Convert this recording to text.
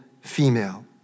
female